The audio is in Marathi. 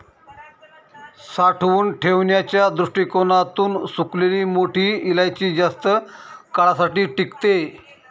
साठवून ठेवण्याच्या दृष्टीकोणातून सुकलेली मोठी इलायची जास्त काळासाठी टिकते